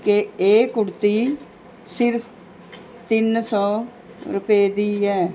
ਕਿ ਇਹ ਕੁੜਤੀ ਸਿਰਫ ਤਿੰਨ ਸੌ ਰੁਪਏ ਦੀ ਹੈ